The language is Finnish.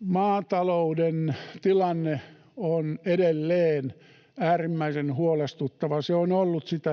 Maatalouden tilanne on edelleen äärimmäisen huolestuttava. Se on ollut sitä